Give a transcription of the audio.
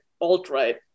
alt-right